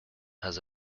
has